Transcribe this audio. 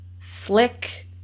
slick